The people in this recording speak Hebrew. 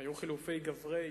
היו חילופי גברי